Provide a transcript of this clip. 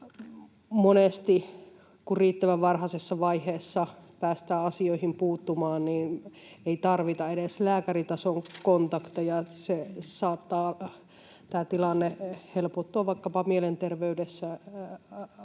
Monesti kun riittävän varhaisessa vaiheessa päästään asioihin puuttumaan, ei tarvita edes lääkäritason kontakteja, eli tilanne vaikkapa mielenterveydessä saattaa